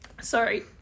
Sorry